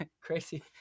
crazy